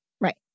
Right